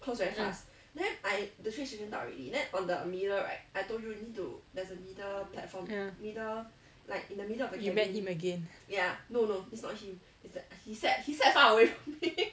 mm ya you met him again